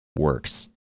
works